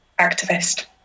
activist